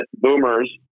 boomers